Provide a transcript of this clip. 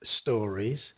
stories